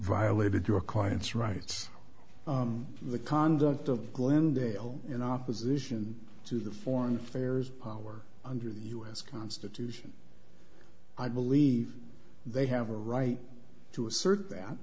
violated your client's rights in the conduct of glendale in opposition to the foreign affairs power under the us constitution i believe they have a right to assert that